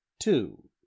two